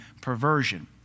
perversion